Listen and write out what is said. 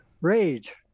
rage